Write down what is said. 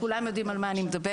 כולם יודעים על מה אני מדברת.